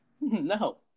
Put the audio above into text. No